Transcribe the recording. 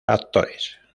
actores